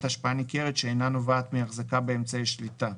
השפעה ניכרת שאינה נובעת מהחזקה באמצעי שליטה,